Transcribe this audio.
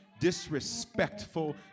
disrespectful